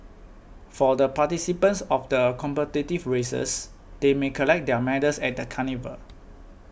for the participants of the competitive races they may collect their medals at the carnival